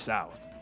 South